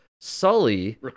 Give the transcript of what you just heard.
Sully